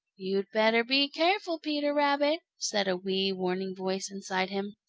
you'd better be careful, peter rabbit, said a wee warning voice inside him.